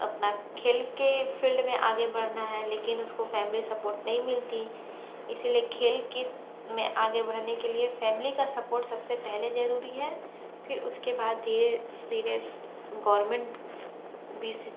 अपना खेल के फील्ड में आगे बढ़ना है लेकिन उसको फैमिली सपोर्ट नहीं मिलती इसीलिए खेल की में आगे बढ़ने के लिए फैमिली का सपोर्ट सबसे पहले जरूरी है फिर उसके बाद ये ये गवर्नमेंट बी सी